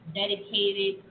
dedicated